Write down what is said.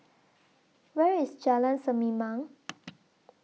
Where IS Jalan Sir Me Mount